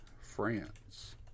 France